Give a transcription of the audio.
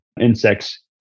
insects